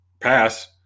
pass